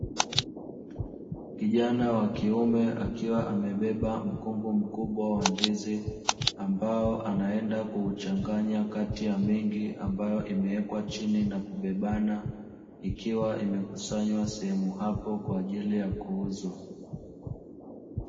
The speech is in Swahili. Kijana wa kiume akiwa amebeba mkungu mkubwa wa ndizi ambao anaenda kuuchanganya kati ya mingi ambayo imewekwa chini na kubebana ikiwa imekusanywa sehemu hapo kwa ajili ya kuuzwa.